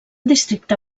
districte